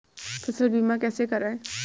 फसल बीमा कैसे कराएँ?